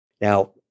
Now